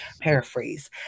paraphrase